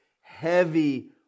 heavy